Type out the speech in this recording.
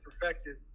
perfected